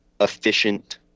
efficient